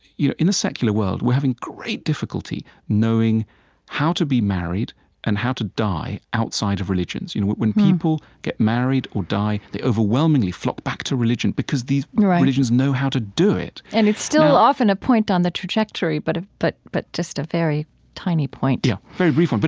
you know in a secular world, we're having great difficulty knowing how to be married and how to die outside of religions. you know when people get married or die, they overwhelmingly flock back to religion because these um religions know how to do it right. and it's still often a point on the trajectory, but ah but but just a very tiny point yeah, very brief one, but